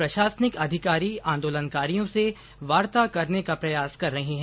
प्रशासनिक अधिकारी आंदोलनकारियों से वार्ता करने का प्रयास कर रहे हैं